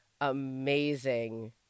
amazing